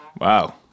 Wow